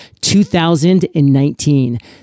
2019